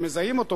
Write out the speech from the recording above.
ומזהים אותו,